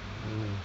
mm